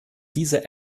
diese